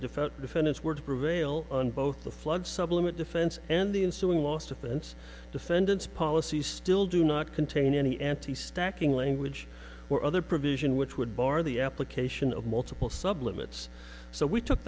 defense defendants were to prevail on both the flood supplement defense and the ensuing lost offense defendants policies still do not contain any anti stacking language or other provision which would bar the application of multiple supplements so we took